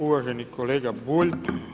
Uvaženi kolega Bulj.